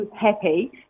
happy